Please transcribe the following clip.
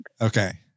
Okay